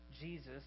Jesus